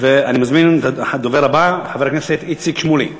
ואני מזמין את הדובר הבא, חבר הכנסת איציק שמולי.